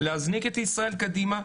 להזניק את ישראל קדימה,